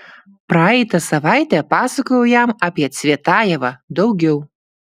praeitą savaitę pasakojau jam apie cvetajevą daugiau